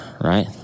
right